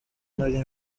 nari